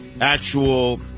actual